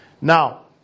Now